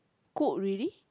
cook already